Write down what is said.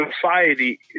society